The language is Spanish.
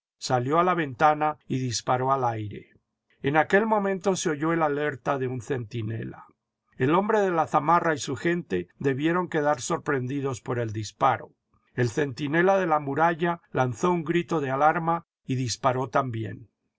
salió a la ventana y disparó al aire en aquel momento se oyó el alerta de un centinela el hombre de la zamarra y su gente debieron quedar sorprendidos por el disparo el centinela de la muralla lanzó un grito de alarma y disparó también